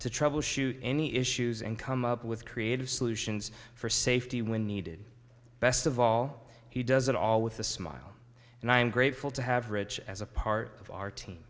to troubleshoot any issues and come up with creative solutions for safety when needed best of all he does it all with a smile and i'm grateful to have rich as a part of our team